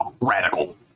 radical